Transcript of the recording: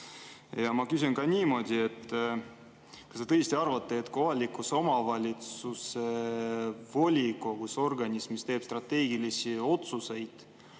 Ma küsin ka niimoodi: kas te tõesti arvate, et kohaliku omavalitsuse volikogus, organis, mis teeb strateegilisi otsuseid,